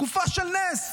תקופה של נס.